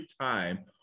time